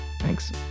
Thanks